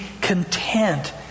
content